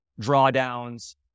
drawdowns